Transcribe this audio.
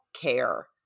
care